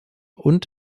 und